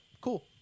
cool